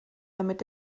damit